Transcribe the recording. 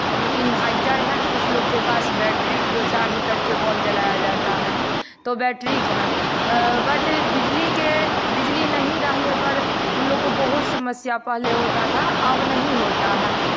inverter है कुछ लोग के पास बैटरी जो चार्ज़ करके बॉल जलाया जाता है तो बैटरी है बट बिजली के बिजली नहीं रहने पर हम लोग को बहुत समस्या पहले होता था अब नहीं होता है